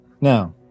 Now